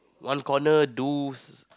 one corner those